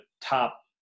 top